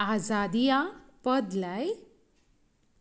आझादिया पद लाय